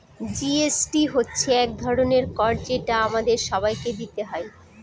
GST হচ্ছে এক ধরনের কর যেটা আমাদের সবাইকে দিতে হয়